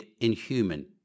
inhuman